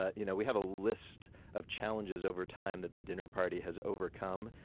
ah you know we have a list of challenges over time that the dinner party has overcome,